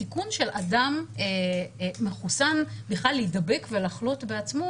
הסיכון של אדם מחוסן בכלל להידבק ולחלות בעצמו